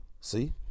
See